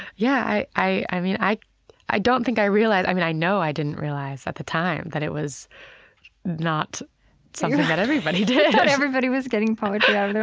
yeah. i i mean, i i don't think i realized i mean, i know i didn't realize at the time that it was not something that everybody did you thought everybody was getting poetry out of their